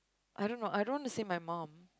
I don't know I don't wana say my mum